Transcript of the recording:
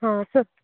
हां स